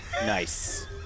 Nice